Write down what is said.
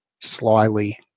slyly